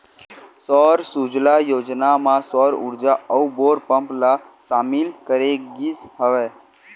सौर सूजला योजना म सौर उरजा अउ बोर पंप ल सामिल करे गिस हवय